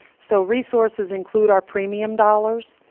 so resources include our premium dollars.